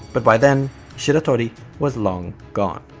but by then shiratori was long gone.